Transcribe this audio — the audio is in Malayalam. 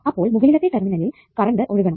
അപ്പോൾ മുകളിലത്തെ ടെർമിനലിൽ കറണ്ട് ഒഴുകണം